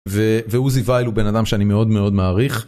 עוזי ווייל הוא בן אדם שאני מאוד מאוד מעריך.